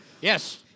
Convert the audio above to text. Yes